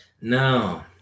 no